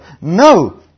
No